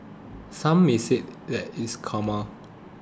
some may say that it's karma